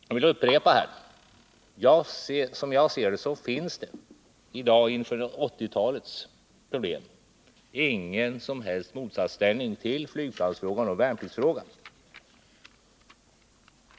Jag vill upprepa att det, som jag ser det, inte finns någon som helst motsatsställning mellan flygplansfrågan och värnpliktsfrågan inför 1980 talets problem.